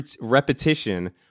repetition